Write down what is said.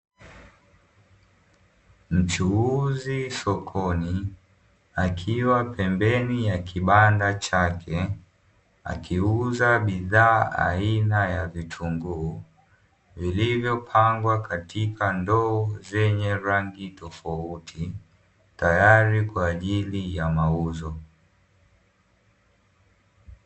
Mchuuzi sokoni akiwa pembeni ya kibanda chake, akiuza bidhaa aina ya vitunguu, vilivyopangwa katika ndoo zenye rangi tofauti, tayari kwa ajili ya mauzo.